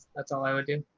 that's all i would do.